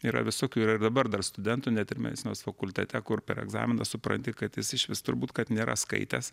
yra visokių yra dabar dar studentų net ir medicinos fakultete kur per egzaminą supranti kad jis išvis turbūt kad nėra skaitęs